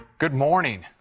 good morning.